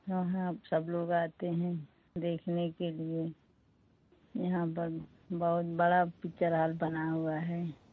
हाँ हाँ सब लोग आते हैं देखने के लिए यहाँ पर बहुत बड़ा पिक्चर हॉल बना हुआ है